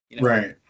Right